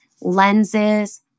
lenses